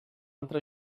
altra